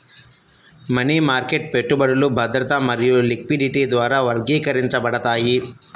money market పెట్టుబడులు భద్రత మరియు లిక్విడిటీ ద్వారా వర్గీకరించబడతాయి